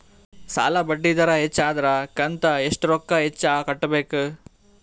ಸಾಲಾ ಬಡ್ಡಿ ದರ ಹೆಚ್ಚ ಆದ್ರ ಕಂತ ಎಷ್ಟ ರೊಕ್ಕ ಹೆಚ್ಚ ಕಟ್ಟಬೇಕು?